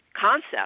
concept